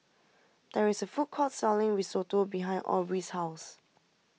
there is a food court selling Risotto behind Aubrie's house